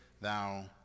Thou